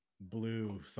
Blue